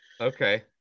okay